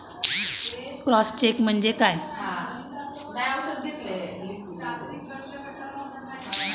Cross check म्हणजे काय?